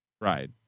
Right